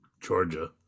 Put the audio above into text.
Georgia